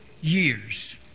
years